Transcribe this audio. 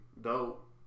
dope